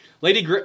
Lady